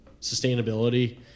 sustainability